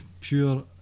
pure